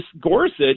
Gorsuch